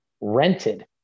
rented